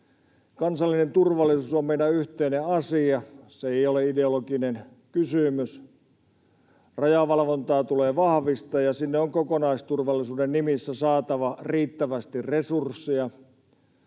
Kansallinen turvallisuus on meidän yhteinen asia. Se ei ole ideologinen kysymys. Rajavalvontaa tulee vahvistaa, ja sinne on kokonaisturvallisuuden nimissä saatava riittävästi resursseja.